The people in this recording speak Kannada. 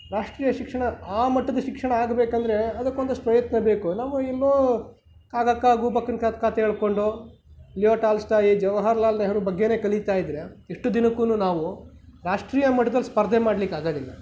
ರಾಷ್ಟ್ರೀಯ ಶಿಕ್ಷಣ ಆ ಮಟ್ಟದ ಶಿಕ್ಷಣ ಆಗ್ಬೇಕೆಂದ್ರೆ ಅದಕ್ಕೊಂದಷ್ಟು ಪ್ರಯತ್ನ ಬೇಕು ನಾವು ಇನ್ನೂ ಕಾಗಕ್ಕ ಗೂಬಕ್ಕನ ಕಥೆ ಹೇಳ್ಕೊಂಡು ಯುವ ಟಾಲ್ಸ್ಟಾ ಏಜು ಜವಹರ್ ಲಾಲ್ ನೆಹರು ಬಗ್ಗೆಯೇ ಕಲಿತಾಯಿದ್ರೆ ಎಷ್ಟು ದಿನಕ್ಕೂ ನಾವು ರಾಷ್ಟ್ರೀಯ ಮಟ್ಟದ ಸ್ಪರ್ಧೆ ಮಾಡಲಿಕ್ಕೆ ಆಗೋದಿಲ್ಲ